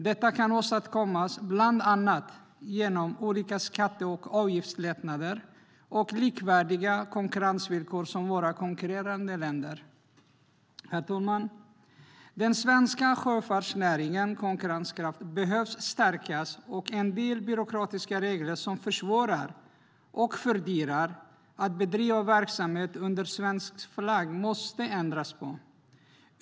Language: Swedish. Detta kan åstadkommas bland annat genom olika skatte och avgiftslättnader och konkurrensvillkor som är likvärdiga med dem som våra konkurrerande länder har. Herr talman! Den svenska sjöfartsnäringens konkurrenskraft behövs stärkas, och man måste ändra på en del byråkratiska regler som försvårar och fördyrar när det gäller att bedriva verksamhet under svensk flagg.